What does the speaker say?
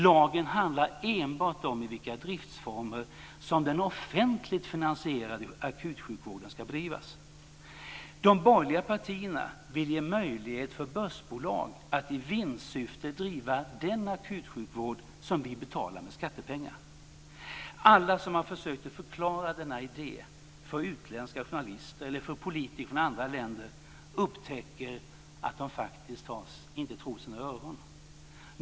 Lagen handlar enbart om i vilka driftformer som den offentligt finansierade akutsjukvården ska bedrivas. De borgerliga partierna vill ge möjlighet för börsbolag att i vinstsyfte driva den akutsjukvård som vi betalar med skattepengar. Alla som har försökt förklara denna idé för utländska journalister eller för politiker från andra länder upptäcker att de inte tror sina öron.